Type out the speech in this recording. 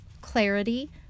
clarity